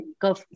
go